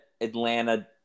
Atlanta